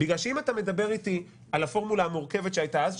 אם אתה מדבר איתי על הפורמולה המורכבת שהייתה אז,